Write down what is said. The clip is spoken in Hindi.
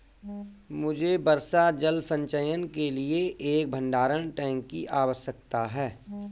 मुझे वर्षा जल संचयन के लिए एक भंडारण टैंक की आवश्यकता है